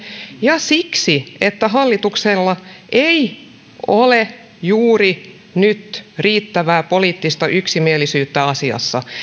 ja siksi että hallituksella ei ollut juuri nyt riittävää poliittista yksimielisyyttä asiassa